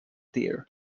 deer